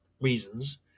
reasons